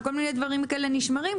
ובכל מיני דברים כאלה נשמרים.